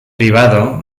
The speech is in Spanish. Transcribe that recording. privado